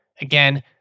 Again